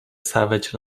savage